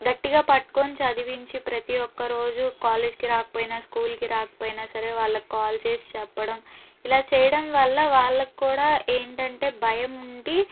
గట్టిగా పట్టుకుని చదివించి ప్రతి ఒక్క రోజు కాలేజ్కి రాకపోయినా స్కూల్కి రాకపోయినా సరే వాళ్ళకి కాల్ చేసి చెప్పడం ఇలా చేయడం వల్ల వాళ్ళకుకూడా ఏంటంటే భయముండి